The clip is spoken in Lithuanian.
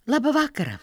labą vakarą